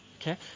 Okay